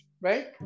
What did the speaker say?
Right